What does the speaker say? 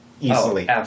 easily